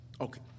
Okay